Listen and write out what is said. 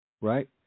Right